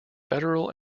federal